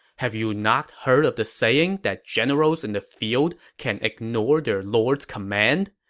have you not heard of the saying that generals in the field can ignore their lord's command?